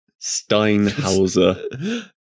Steinhauser